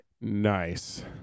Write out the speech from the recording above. nice